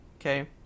Okay